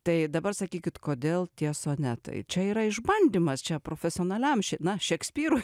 tai dabar sakykit kodėl tie sonetai čia yra išbandymas čia profesionaliam na šekspyrui